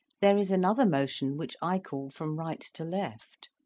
there is another motion which i call from right to left.